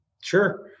Sure